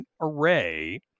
array